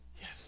Yes